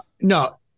No